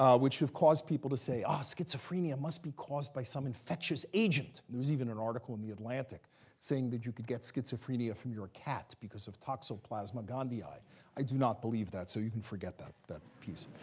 um which have caused people to say, oh, ah schizophrenia must be caused by some infectious agent. there was even an article in the atlantic saying that you could get schizophrenia from your cat because of toxoplasma gondii. i i do not believe that, so you can forget that that piece.